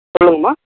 சொல்லுங்கம்மா